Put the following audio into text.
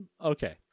Okay